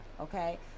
okay